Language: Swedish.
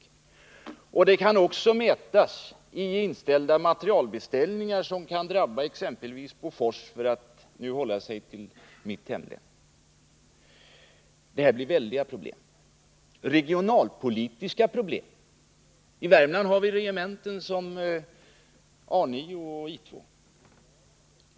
Återverkningarna kan också mätas i inställda materielbeställningar som kan drabba exempelvis Bofors — om jag nu håller mig till mitt hemlän. Det här medför väldiga regionalpolitiska problem. I Värmland har vi regementen som A 9 och I 2.